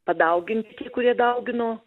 padauginti tie kurie daugino